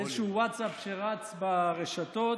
איזשהו ווטסאפ שרץ ברשתות,